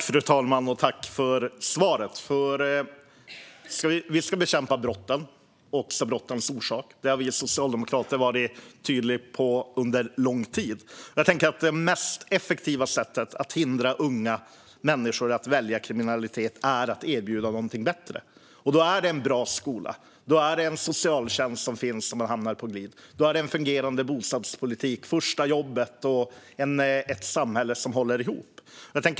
Fru talman! Tack för svaret! Vi ska bekämpa brotten men också brottens orsak. Det har vi socialdemokrater varit tydliga med under lång tid. Jag tänker att det mest effektiva sättet att hindra unga människor från att välja kriminalitet är att erbjuda någonting bättre: en bra skola, en socialtjänst som finns där om man hamnar på glid, en fungerande bostadspolitik, första jobbet och ett samhälle som håller ihop.